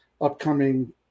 upcoming